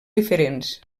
diferents